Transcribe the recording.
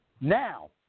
Now